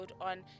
on